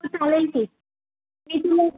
हो चालेलकी कितीला